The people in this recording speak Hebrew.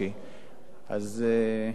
אז ביקשתי,